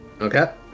Okay